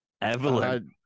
Evelyn